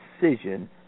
decision